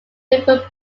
river